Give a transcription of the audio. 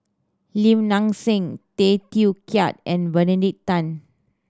Lim Nang Seng Tay Teow Kiat and Benedict Tan